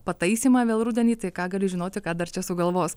pataisymą vėl rudenį tai ką gali žinoti ką dar čia sugalvos